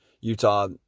Utah